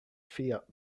fiat